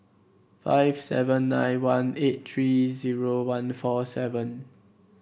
five seven nine one eight three zero one four seven